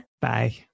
Bye